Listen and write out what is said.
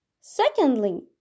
Secondly